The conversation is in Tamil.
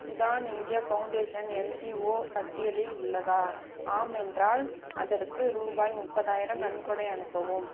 உதான் இந்தியா ஃபவுண்டேஷன் என்ஜிஓ பட்டியலில் உள்ளதா ஆம் என்றால் அதற்கு ரூபாய் முப்பதாயிரம் நன்கொடை அனுப்பவும்